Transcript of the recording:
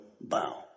bow